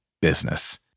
business